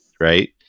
Right